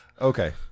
Okay